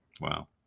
wow